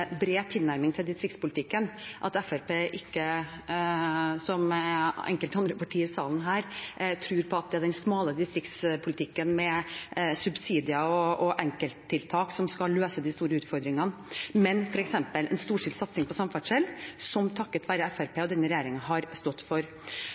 bred tilnærming til distriktspolitikken, at Fremskrittspartiet ikke – som enkelte andre partier i denne salen – tror på at det er den smale distriktspolitikken med subsidier og enkelttiltak som skal løse de store utfordringene, men f.eks. en storstilt satsing på samferdsel, som